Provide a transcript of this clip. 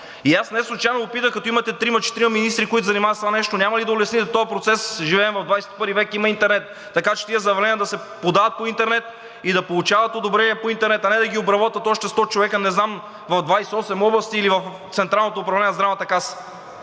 И аз неслучайно попитах, като имате трима-четирима министри, които се занимават с това нещо, няма ли да улесните този процес? Живеем в XXI век, има интернет, така че тези заявления да се подават по интернет и да получават одобрение по интернет, а не да ги обработват още 100 човека – не знам, в 28 области или в Централното управление на Здравната каса.